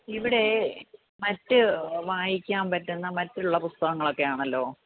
ഇവിടെ മറ്റ് വായിക്കാൻ പറ്റുന്ന മറ്റുള്ള പുസ്തകങ്ങൾ ഒക്കെ ആണല്ലോ